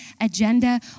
agenda